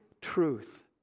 truth